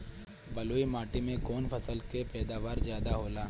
बालुई माटी में कौन फसल के पैदावार ज्यादा होला?